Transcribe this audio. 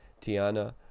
Tiana